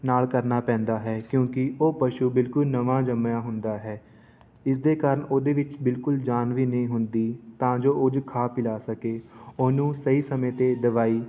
ਨਾਲ ਕਰਨਾ ਪੈਂਦਾ ਹੈ ਕਿਉਂਕਿ ਉਹ ਪਸ਼ੂ ਬਿਲਕੁਲ ਨਵਾਂ ਜੰਮਿਆ ਹੁੰਦਾ ਹੈ ਇਸਦੇ ਕਾਰਨ ਉਹਦੇ ਵਿੱਚ ਬਿਲਕੁਲ ਜਾਨ ਵੀ ਨਹੀਂ ਹੁੰਦੀ ਤਾਂ ਜੋ ਕੁਝ ਖਾ ਪਿਲਾ ਸਕੇ ਉਹਨੂੰ ਸਹੀ ਸਮੇਂ 'ਤੇ ਦਵਾਈ